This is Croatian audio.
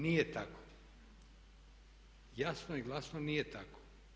Nije tako, jasno i glasno nije tako.